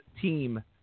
team